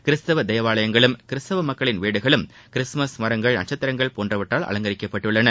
கிறிஸ்தவ தேவாலயங்களும் கிறிஸ்தவ மக்களின் வீடுகளும் கிறிஸ்துமஸ் மரங்கள் நட்சத்திரங்கள் போன்றவற்றால் அலங்கரிக்கப்பட்டுள்ளன